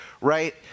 Right